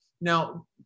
Now